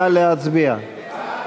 נא להצביע.